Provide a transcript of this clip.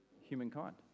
humankind